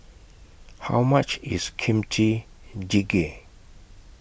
How much IS Kimchi Jjigae